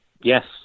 Yes